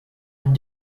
and